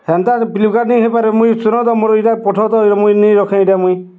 ସେମିତି ଫ୍ଲିପ୍କାର୍ଟ୍ ହୋଇନପାରେ ମୁଇଁ ଶୁଣନ୍ତୁ ମୋ ଏଇଟା ପଠା ତ ମୁଁ ରଖେ ଏଇଟା ମୁଁ